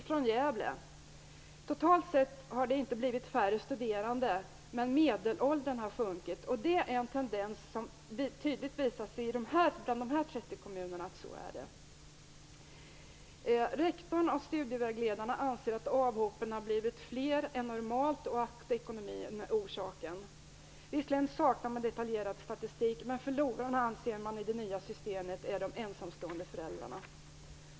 Från Gävle: Totalt sett har det inte blivit färre studerande, men medelåldern har sjunkit. Det är en tendens som tydligt visar sig bland de 30 kommuner jag varit i kontakt med. Rektorn och studievägledarna anser att avhoppen har blivit fler än normalt och att ekonomin är orsaken. Visserligen saknar man detaljerad statistik, men förlorarna i det nya systemet anser man är de ensamstående föräldrarna.